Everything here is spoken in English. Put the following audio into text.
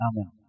Amen